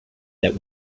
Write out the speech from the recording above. that